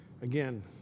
Again